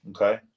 Okay